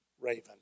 raven